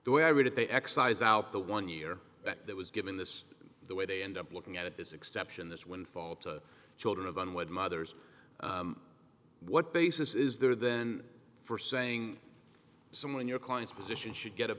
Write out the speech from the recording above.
the way i read it they excise out the one year that there was given this the way they end up looking at this exception this windfall to children of unwed mothers what basis is there then for saying someone your client's position should get a